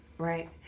Right